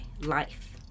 life